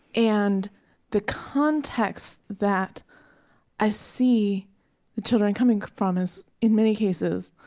and the context that i see children coming from is, in many cases,